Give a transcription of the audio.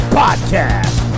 podcast